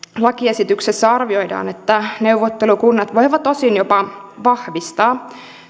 lakiesityksessä arvioidaan että neuvottelukunnat voivat osin jopa vahvistaa